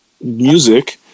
music